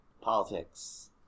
Politics